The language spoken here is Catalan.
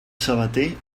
sabater